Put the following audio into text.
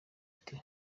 ati